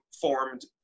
formed